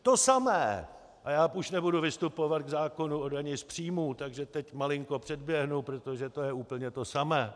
To samé, a já už nebudu vystupovat k zákonu o dani z příjmů, takže teď malinko předběhnu, protože to je úplně to samé.